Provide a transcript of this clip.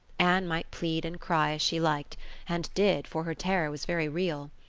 anne might plead and cry as she liked and did, for her terror was very real.